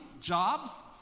jobs